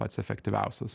pats efektyviausias